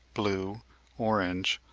blue, orange,